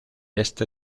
este